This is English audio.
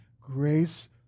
grace